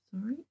sorry